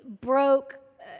broke